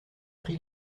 prit